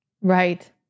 Right